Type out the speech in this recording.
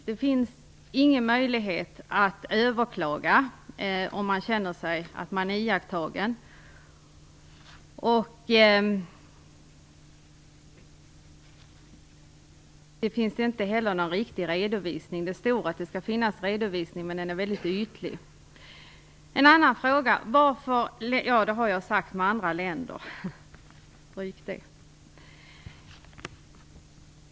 Det finns ingen möjlighet att överklaga om man känner sig iakttagen. Det finns inte heller någon riktig redovisning. Det står visserligen att det skall finnas redovisning, men den är väldigt ytlig.